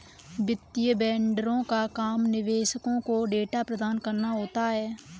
वित्तीय वेंडरों का काम निवेशकों को डेटा प्रदान कराना होता है